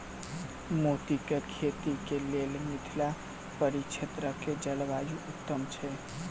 मोतीक खेती केँ लेल मिथिला परिक्षेत्रक जलवायु उत्तम छै?